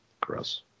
Gross